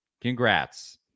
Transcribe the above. Congrats